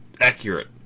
accurate